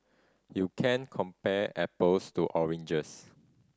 you can't compare apples to oranges